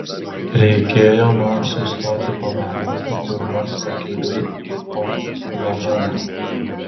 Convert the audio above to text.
reikėjo man sustoti pavalgyti kur nors pakeliui į oklahomą